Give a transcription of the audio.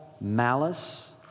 malice